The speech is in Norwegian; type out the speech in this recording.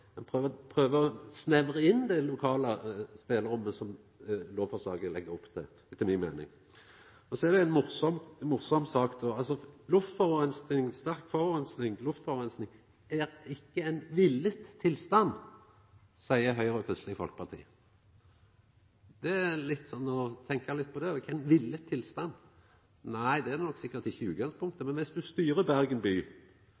Ein prøver etter mi meining å snevra inn det lokale spelerommet som lovforslaget legg opp til. Så er det ei morosam sak. Sterk luftforureining er ikkje «en villet tilstand», seier Høgre og Kristeleg Folkeparti. Ein kan tenkja litt på det: Kva er «en villet tilstand»? Nei, det er nok sikkert ikkje det i utgangspunktet, men dersom ein styrer Bergen by